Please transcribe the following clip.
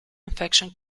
infection